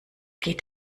geht